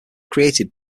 created